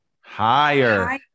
Higher